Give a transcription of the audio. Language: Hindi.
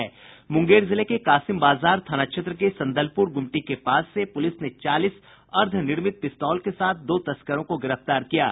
मुंगेर जिले के कासिमबाजार थाना क्षेत्र के संदलपुर गुमटी के पास से पुलिस ने चालीस अर्द्वनिर्मित पिस्तौल के साथ दो तस्करों को गिरफ्तार किया है